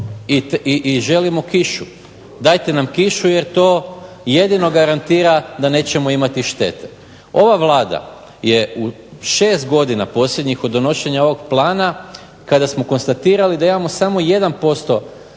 i želimo kišu. Dajte nam kišu jer to jedino garantira da nećemo imati štete. Ova Vlada je u 6 godina posljednjih od donošenja ovog plana kada smo konstatirali da imamo samo 1%